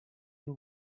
your